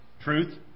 Truth